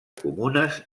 comunes